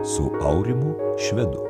su aurimu švedu